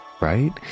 right